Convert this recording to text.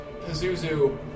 Pazuzu